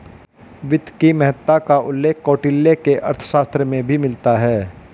वित्त की महत्ता का उल्लेख कौटिल्य के अर्थशास्त्र में भी मिलता है